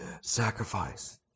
sacrifice